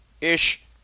Ish